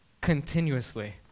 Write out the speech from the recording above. continuously